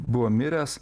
buvo miręs